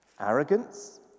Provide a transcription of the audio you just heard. Arrogance